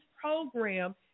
program